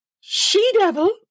She-devil